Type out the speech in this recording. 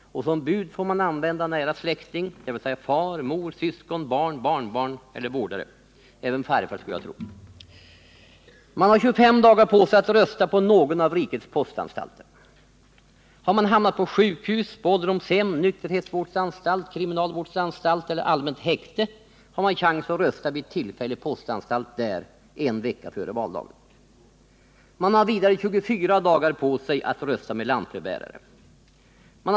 Som bud får man använda nära släkting, dvs. far, mor, syskon, barn, barnbarn eller vårdare; även farfar skulle jag tro. 3. Man har 25 dagar på sig att rösta på någon av rikets postanstalter. 4. Om man har hamnat på sjukhus, ålderdomshem, nykterhetsvårdsanstalt, kriminalvårdsanstalt eller i allmänt häkte har man chans att rösta vid tillfällig postanstalt där en vecka före valdagen. 5. Man har 24 dagar på sig att rösta med lantbrevbärare. 6.